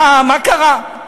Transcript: מה קרה?